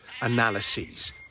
analyses